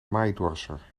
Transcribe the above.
maaidorser